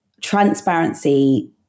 transparency